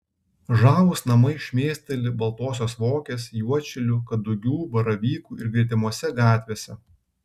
žavūs namai šmėsteli baltosios vokės juodšilių kadugių baravykų ir gretimose gatvėse